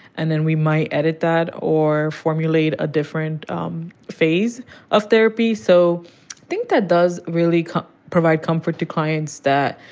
and then we might edit that or formulate a different um phase of therapy. so, i think that does really provide comfort to clients that,